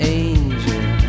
angel